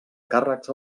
càrrecs